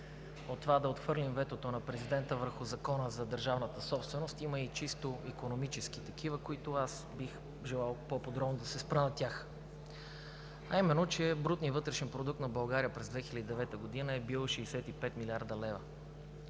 от това да отхвърлим ветото на президента върху Закона за държавната собственост, има и чисто икономически такива, на които аз бих желал по-подробно да се спра, а именно, че брутният вътрешен продукт на България през 2009 г. е бил 65 млрд. лв.,